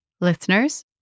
Listeners